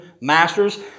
masters